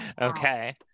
Okay